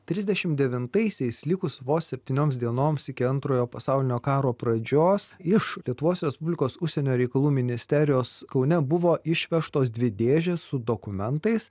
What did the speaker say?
trisdešim devintaisiais likus vos septynioms dienoms iki antrojo pasaulinio karo pradžios iš lietuvos respublikos užsienio reikalų ministerijos kaune buvo išvežtos dvi dėžės su dokumentais